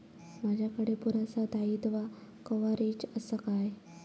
माजाकडे पुरासा दाईत्वा कव्हारेज असा काय?